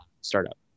startup